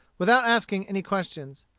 without asking any questions.